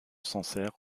sancerre